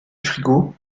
frigo